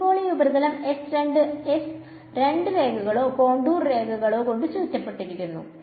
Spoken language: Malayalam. ഇപ്പോൾ ഈ ഉപരിതലം S രണ്ട് രേഖകളോ കോൺടൂർ രേഖകളോ കൊണ്ട് ചുറ്റപ്പെട്ടിരിക്കുന്നു